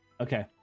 Okay